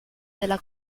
della